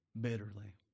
bitterly